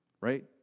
right